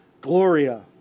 gloria